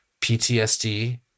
PTSD